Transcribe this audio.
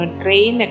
train